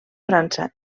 frança